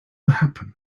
happen